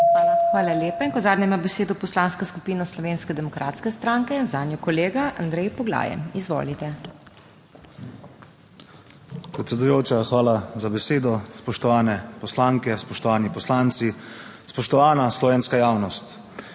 HOT: Hvala lepa. In kot zadnja, ima besedo Poslanska skupina Slovenske demokratske stranke, zanjo kolega Andrej Poglajen. Izvolite. ANDREJ POGLAJEN (PS SDS): Predsedujoča, hvala za besedo. Spoštovane poslanke, spoštovani poslanci, spoštovana slovenska javnost!